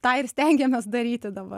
tą ir stengiamės daryti dabar